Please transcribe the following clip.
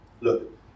look